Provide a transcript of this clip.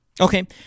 Okay